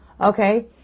okay